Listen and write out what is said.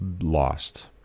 lost